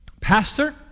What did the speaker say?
Pastor